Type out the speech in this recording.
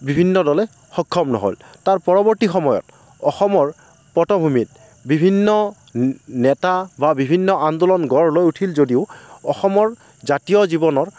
বিভিন্ন দলে সক্ষম নহ'ল তাৰ পৰৱৰ্তী সময়ত অসমৰ পটভূমিত বিভিন্ন নেতা বা বিভিন্ন আন্দোলন গঢ় লৈ উঠিল যদিও অসমৰ জাতীয় জীৱনৰ